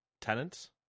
Tenants